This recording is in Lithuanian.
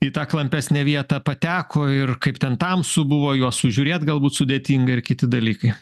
į tą klampesnę vietą pateko ir kaip ten tamsu buvo juos sužiūrėt galbūt sudėtinga ir kiti dalykai